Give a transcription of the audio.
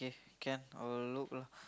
can I will look lah